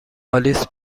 آلیس